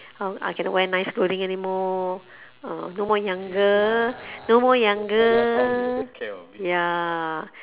how I cannot wear nice clothing anymore no more younger no more younger ya